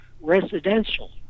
residential